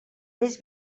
més